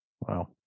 Wow